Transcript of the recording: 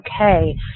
okay